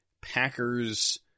Packers